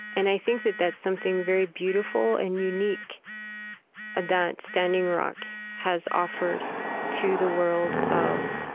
and i think that that's something very beautiful and unique that standing rock has offered to the world of